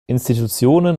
institutionen